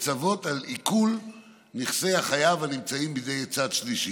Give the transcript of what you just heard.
לצוות על עיקול נכסי החייב הנמצאים בידי צד שלישי.